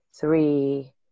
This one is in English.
Three